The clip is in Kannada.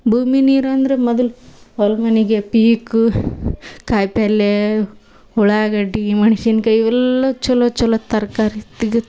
ಭೂಮಿ ನೀರಂದ್ರೆ ಮೊದ್ಲು ಹೊಲ ಮನೆಗೆ ಪೀಕು ಕಾಯಿಪಲ್ಲೆ ಉಳ್ಳಾಗಡ್ಡಿ ಮಣ್ಸಿನ್ಕಾಯಿ ಇವೆಲ್ಲ ಚಲೋ ಚಲೋ ತರಕಾರಿ ತಿಗತ್